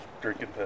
drinking